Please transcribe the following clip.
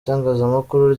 itangazamakuru